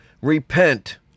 repent